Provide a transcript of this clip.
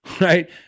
right